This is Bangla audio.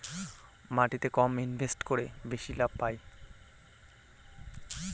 মাটিতে কম ইনভেস্ট করে বেশি লাভ পাই